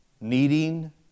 Kneading